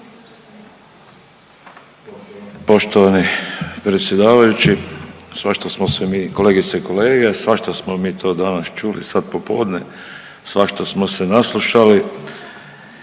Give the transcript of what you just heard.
Poštovani predsjedavajući, svašta smo se mi, kolegice i kolege, svašta smo mi to danas čuli sad popodne, svašta smo se naslušali.